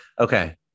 Okay